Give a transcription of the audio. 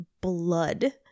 blood